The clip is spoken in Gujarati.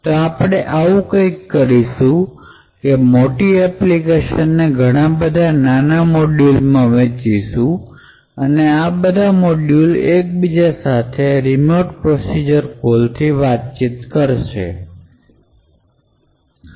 તો આપણે આવું કંઈક કરીશું કે મોટી એપ્લિકેશનને ઘણા બધા નાના મોડ્યુલમાં વહેંચીશું અને આ બધા મોડ્યુલ એકબીજા સાથે રીમોટ પ્રોસિજર કોલથી વાતચીત કરી શકે